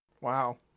Wow